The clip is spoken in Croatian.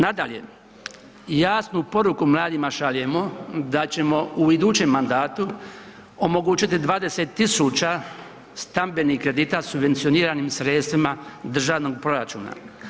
Nadalje, jasnu poruku mladima šaljemo da ćemo u idućem mandatu omogućiti 20 000 stambenih kredita subvencioniram sredstvima državnog proračuna.